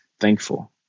thankful